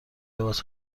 لباس